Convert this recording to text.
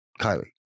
kylie